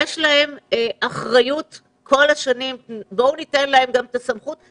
יש להם אחריות כל השנים ובואו ניתן להם גם את הסמכות.